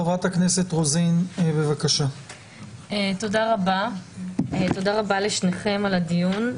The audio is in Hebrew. תודה רבה לשניכם על הדיון.